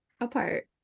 apart